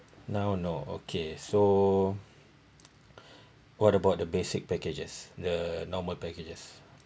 now no okay so what about the basic packages the normal packages